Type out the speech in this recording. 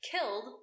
killed